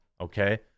okay